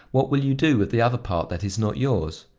what will you do with the other part that is not yours?